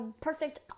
perfect